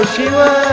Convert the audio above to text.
Shiva